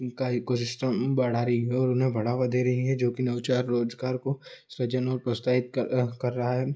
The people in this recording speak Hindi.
इनका ईकोसिस्टम बढ़ा रही है और उन्हें बढ़ावा दे रही है जो कि नौचार रोज़गार को स्वजन और प्रोत्साहित कर रहा है